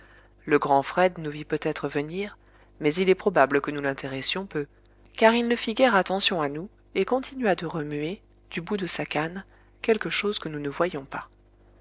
le grand fred nous vit peutêtre venir mais il est probable que nous l'intéressions peu car il ne prit guère attention à nous et continua de remuer du bout de sa canne quelque chose que nous ne voyions pas